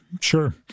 Sure